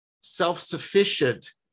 self-sufficient